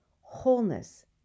wholeness